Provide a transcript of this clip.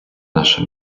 наша